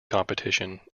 competition